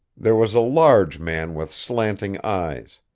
there was a large man with slanting eyes.